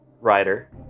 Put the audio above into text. Writer